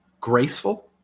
Graceful